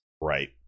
right